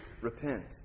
repent